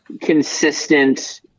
consistent